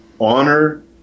honor